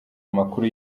amakuru